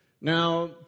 Now